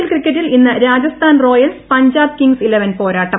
L ക്രിക്കറ്റിൽ ഇന്ന് Rajasthan Royals Punjab Kings eleven പോരാട്ടം